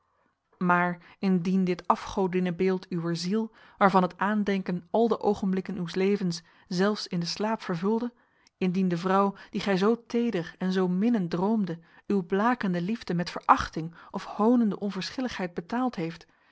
maar indien dit afgodinnenbeeld uwer ziel waarvan het aandenken al de ogenblikken uws levens zelfs in de slaap vervulde indien die vrouw die gij zo teder en zo minnend droomde uw blakende liefde met verachting of honende onverschilligheid betaald heeft dan